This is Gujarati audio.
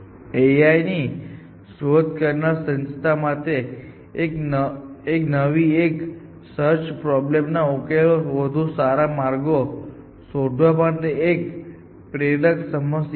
AI ની શોધ કરનાર સંસ્થા માટે આ એક નવી અને સર્ચ પ્રોબ્લેમ ના ઉકેલના વધુ સારા માર્ગો શોધવા માટે આ એક પ્રેરક સમસ્યા છે